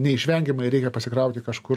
neišvengiamai reikia pasikrauti kažkur